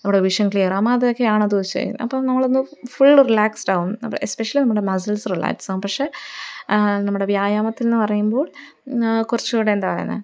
നമ്മടെ വിഷൻ ക്ലിയറാവും അതൊക്കെയാണത് അപ്പോള് നമ്മളൊന്ന് ഫുള് റിലാക്സ്ഡാകും എസ്പെഷ്യലി നമ്മുടെ മസിൽസ് റിലാക്സാകും പക്ഷെ നമ്മുടെ വ്യായാമത്തിനെന്നു പറയുമ്പോൾ എന്നാ കുറച്ചുകൂടെ എന്താ പറയുന്നെ